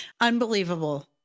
Unbelievable